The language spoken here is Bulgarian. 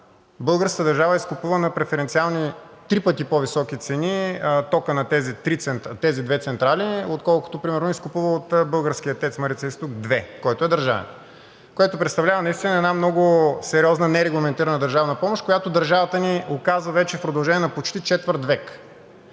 българската държава изкупува на преференциални три пъти по-високи цени тока на тези две централи, отколкото примерно изкупува от българския ТЕЦ „Марица изток 2“, който е държавен. Това представлява много сериозна нерегламентирана държавна помощ, която държавата ни оказва в продължение на вече почти четвърт век.